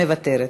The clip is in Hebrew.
מוותרת.